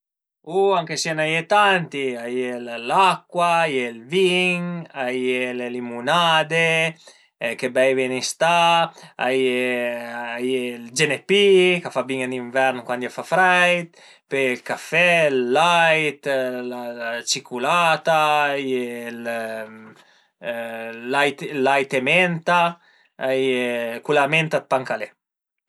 U anche si a i n'a ie tanti, a ie l'acua, a ie ël vin, a ie le limunade che beive ën istà a ie, a ie ël genepy ch'a fa bin ën invern cuandi a fa freit, pöi a ie ël café, ël lait, la ciculata, a ie lait e menta, a ie cun la menta de Pancalé